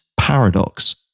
Paradox